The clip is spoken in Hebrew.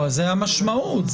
זה המשמעות.